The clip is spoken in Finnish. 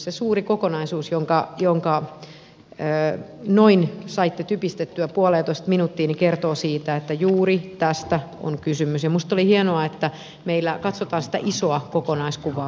se suuri kokonaisuus jonka noin saitte typistettyä puoleentoista minuuttiin kertoo siitä että juuri tästä on kysymys ja minusta oli hienoa että meillä katsotaan sitä isoa kokonaiskuvaa myöskin